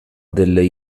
delle